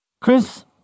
Chris